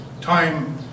time